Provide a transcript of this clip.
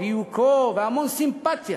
דיוקו והמון סימפתיה